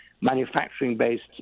manufacturing-based